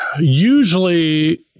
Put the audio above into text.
usually